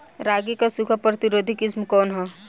रागी क सूखा प्रतिरोधी किस्म कौन ह?